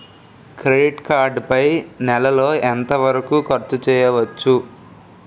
Credit card పై నెల లో ఎంత వరకూ ఖర్చు చేయవచ్చు?